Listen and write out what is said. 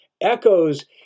echoes